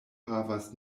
havas